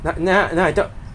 I thought